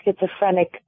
schizophrenic